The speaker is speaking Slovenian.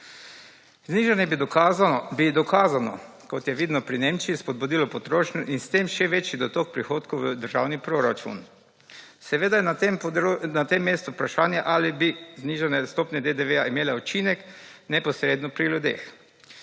Znižanje bi dokazano kot je vidno pri Nemčiji spodbudilo potrošnjo in s tem še večji dotok prihodkov v državni proračun. Seveda je na tem mestu vprašanje ali bi znižanje stopnje DDV imele učinek neposredno pri ljudeh.